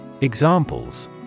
Examples